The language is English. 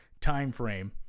timeframe